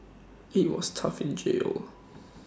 IT was tough in jail